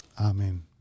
Amen